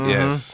Yes